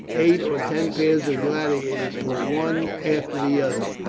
eight or ten pairs of gladiators fought one after the other,